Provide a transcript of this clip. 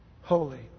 holy